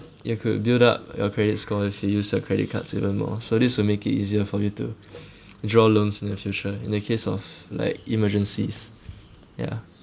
you could build up your credit score if you use your credit cards even more so this will make it easier for you to draw loans in the future in the case of like emergencies ya